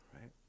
right